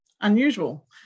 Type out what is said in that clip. unusual